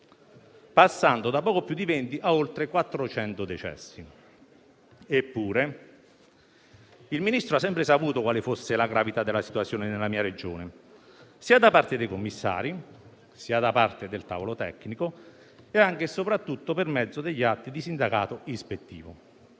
passando da poco più di 20 a oltre 400 decessi. Eppure il Ministro ha sempre saputo quale fosse la gravità della situazione nella mia Regione sia da parte dei commissari, sia da parte del tavolo tecnico e anche e soprattutto per mezzo degli atti di sindacato ispettivo.